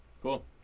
cool